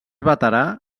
veterà